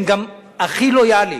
הם גם הכי לויאלים.